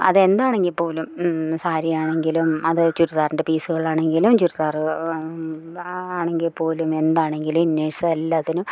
അതെന്താണെങ്കിൽ പോലും സാരിയാണെങ്കിലും അത് ചുരിദാറിൻ്റെ പീസുകളാണെങ്കിലും ചുരിതാ റ് ആണെങ്കിൽ പോലും എന്താണെങ്കിലും ഇന്നേഴ്സ് എല്ലാത്തിനും